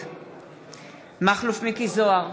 נגד מכלוף מיקי זוהר,